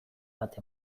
bat